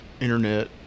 internet